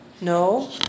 No